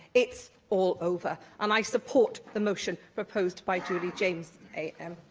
it's all over. and i support the motion proposed by julie james am.